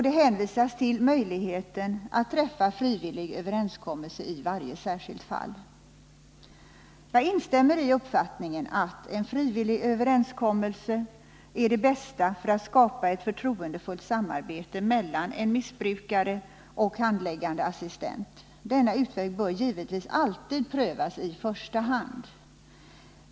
Det hänvisas till möjligheten att träffa frivillig överenskommelse i varje särskilt fall. Jag instämmer i uppfattningen att en frivillig överenskommelse är det bästa sättet att skapa ett förtroendefullt samarbete mellan en missbrukare och handläggande socialassistent. Denna utväg bör givetvis alltid prövas i första hand.